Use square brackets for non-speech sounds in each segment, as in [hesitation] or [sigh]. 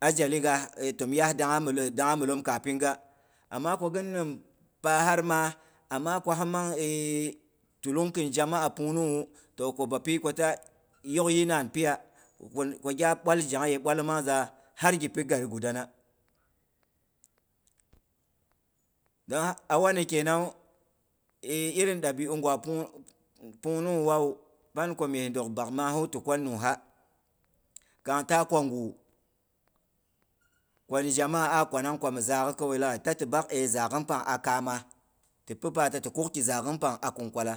Ajali ga, tomyiya dangha milom kapin ga. Amma ko ghin nim paha maa amma ko himang [hesitation] tulung khin jama'a pungnughawu, ko bapi ko ta yok yii nan piya. ko gya bwal zheyong yei bwala mangza har gi pi gani guda na. Don awana kunangwu, e irim dabi'u ngwa pungnungwawu, pan ko mi dok bak maahu ti kwan nungha. Kang ta kwagu, koni jama'a a kwanang ko mi zagha kawai laghai. Ta ti bak e zagh pang a kaama, ti pi pata ti kukki zagh pang a khin kwala.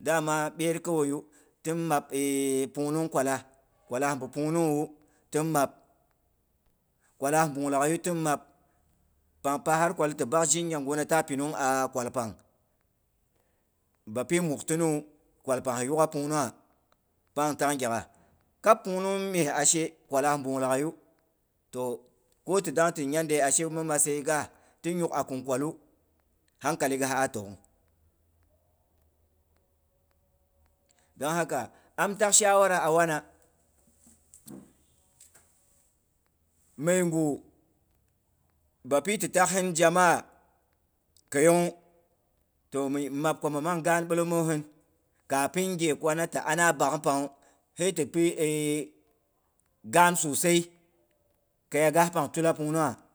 Dama byer kawai yu, tin map [hesitation] pungnung luwalah, kwala mbi pangnungh wu tin mapi kwala bung lagghai yu tin map. Pang pahar kwal ti bak zhinya ngu na ta pinung a kwalpang bapi muktini wu, kwalpang hi yu'gha pungnungha, pang tang gyak'gha. Kab pungnung mye a she, kwala bung laghai yu toh, ko ti dang ti nyan dei a she mi matsayi ga, tin nyuk a khin kwalu hankali ga aa togh. [noise] dong haka am tak shawara a wana, megu bapi ti tak hin jama'a, keiyongnwu mi map ko min mang gaan bilomohin. Ka pin ghe kwana ti ana bak pangnwu hei tipi [hesitation] gaan susai kaya ga pang tula pungnungha.